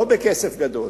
לא בכסף גדול,